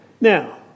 Now